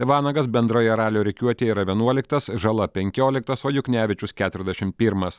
vanagas bendroje ralio rikiuotėje yra vienuoliktas žala penkioliktas o juknevičius keturiasdešim pirmas